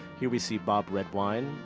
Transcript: here, we see bob redwine,